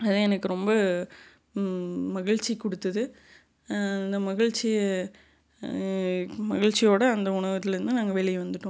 அது எனக்கு ரொம்ப மகிழ்ச்சி கொடுத்துது இந்த மகிழ்ச்சி மகிழ்ச்சியோடு அந்த உணவகத்துலேருந்து நாங்கள் வெளியே வந்துவிட்டோம்